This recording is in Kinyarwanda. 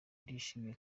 ndishimye